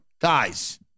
guys